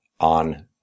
on